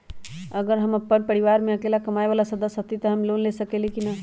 अगर हम अपन परिवार में अकेला कमाये वाला सदस्य हती त हम लोन ले सकेली की न?